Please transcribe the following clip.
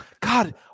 God